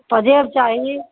पाँजेब चाही